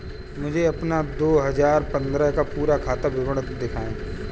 मुझे अपना दो हजार पन्द्रह का पूरा खाता विवरण दिखाएँ?